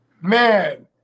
man